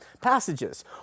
passages